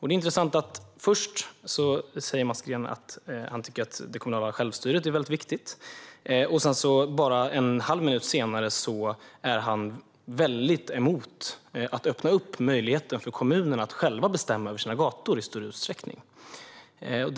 Det är intressant att Mats Green först säger att han tycker att det kommunala självstyret är väldigt viktigt och att han bara en halv minut senare är väldigt emot att öppna möjligheten för kommunerna att i större utsträckning själva bestämma över sina gator.